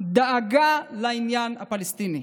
"דאגה לעניין הפלסטיני"